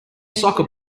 soccer